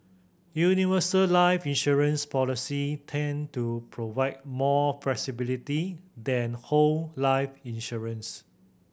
universal life insurance policy tend to provide more flexibility than whole life insurance